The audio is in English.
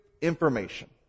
information